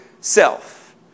self